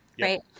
right